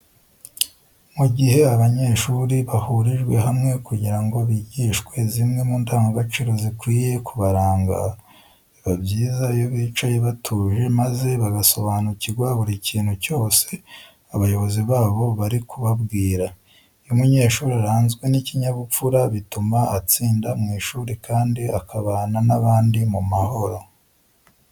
Mu gihe abanyeshuri bahurijwe hamwe kugira ngo bigishwe zimwe mu ndangagaciro zikwiye kubaranga, biba byiza iyo bicaye batuje maze bagasobanukirwa buri kintu cyose abayobozi babo bari kubabwira. Iyo umunyeshuri aranzwe n'ikinyabupfura bituma atsinda mu ishuri kandi akabana n'abandi mu mahoro.